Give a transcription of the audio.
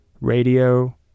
radio